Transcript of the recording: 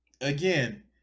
Again